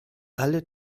alle